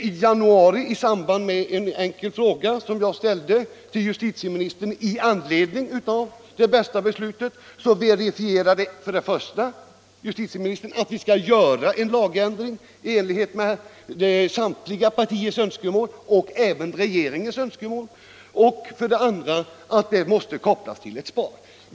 I januari verifierade justitieministern, vid besvarandet av en enkel fråga som jag hade ställt i anledning av Det Bästa-beslutet, för det första att det skulle föreslås en lagändring i enlighet med samtliga partiers och även regeringens önskemål och för det andra att ändringsförslaget måste kopplas till ett centralt uppdateringsregister.